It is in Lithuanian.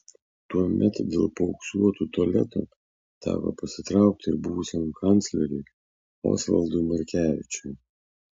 tuomet dėl paauksuotų tualetų teko pasitraukti ir buvusiam kancleriui osvaldui markevičiui